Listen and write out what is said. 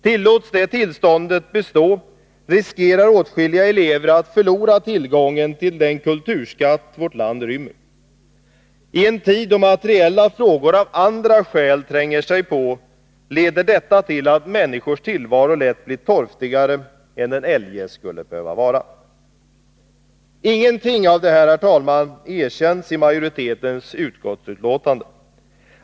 Tillåts detta tillstånd bestå, riskerar åtskilliga elever att förlora tillgången till den kulturskatt vårt land rymmer. I en tid då materiella frågor av andra skäl tränger sig på leder detta till att människornas tillvaro lätt blir torftigare än den eljest skulle behöva vara. Ingenting av detta, herr talman, erkänns av utskottsmajoriteten.